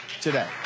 today